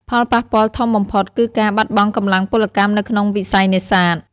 ផលប៉ះពាល់ធំបំផុតគឺការបាត់បង់កម្លាំងពលកម្មនៅក្នុងវិស័យនេសាទ។